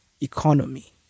economy